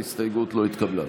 ההסתייגות לא התקבלה.